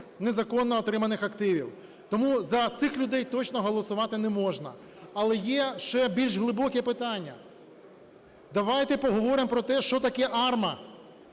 незаконно отриманих активів. Тому за цих людей точно голосувати не можна. Але є ще більш глибоке питання. давайте поговоримо про те, що таке АРМА.